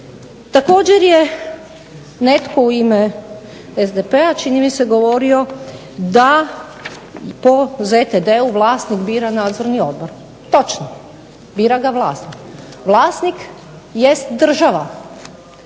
Također je netko u ime SDP-a čini mi se govorio da po ZTD-u vlasnik bira nadzorni odbor. Točno, bira ga vlasnik. Vlasnik jest država.